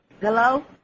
Hello